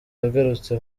yagarutse